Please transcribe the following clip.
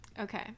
Okay